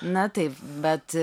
na taip bet